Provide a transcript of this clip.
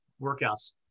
workouts